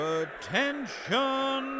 attention